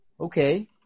okay